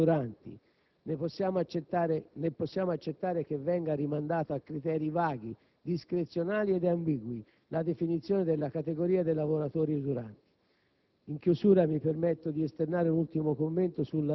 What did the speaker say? ma soprattutto per l'assurda esclusione dai lavori usuranti. Né possiamo accettare che venga rimandata a criteri vaghi, discrezionali ed ambigui la definizione della categoria dei lavoratori usuranti.